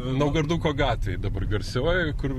naugarduko gatvėj dabar garsiojoj kur